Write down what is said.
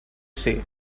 say